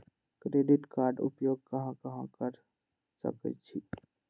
Credit card के उपयोग कहां कहां कर सकईछी?